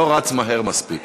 לא, לא רץ מהר מספיק.